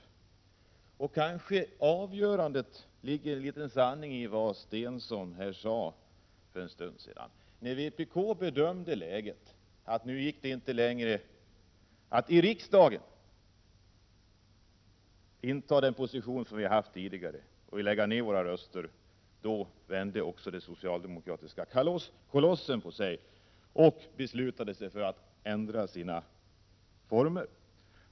När det gäller detta avgörande kanske det ligger en liten bit av sanning i vad Börje Stensson sade här för en stund sedan. När vpk bedömde läget så att det nu inte längre gick att i riksdagen inta den position vi haft tidigare och ville lägga ned våra röster, vände också den 15 socialdemokratiska kolossen på sig och beslutade sig för att ändra sina former.